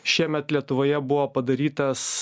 šiemet lietuvoje buvo padarytas